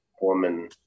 woman